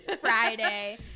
Friday